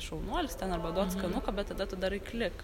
šaunuolis ten arba duot skanuką bet tada tu darai klik